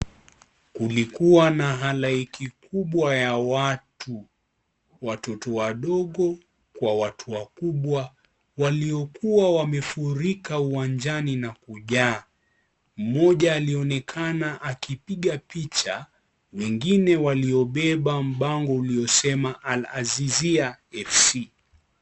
Kumekuwa na halaiki kubwa ya watu, watoto wadogo kwa watu wakubwa waliokuwa wamefurika uwanjani na kujaa, mmoja alionekana akipiga picha mwingine waliobeba bango uliosema AL-AZIZIA FC.